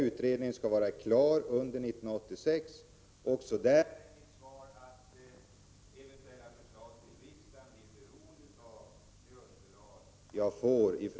Utredningen skall vara klar under 1986. Också där är mitt svar att eventuella förslag till riksdagen blir beroende av det underlag jag får Prot.